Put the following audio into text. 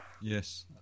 Yes